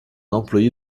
employé